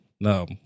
no